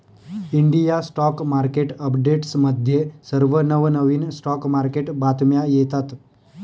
India stock market अपडेट्समध्ये सर्व नवनवीन स्टॉक मार्केट बातम्या येतात